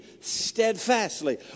steadfastly